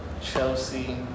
Chelsea